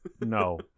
no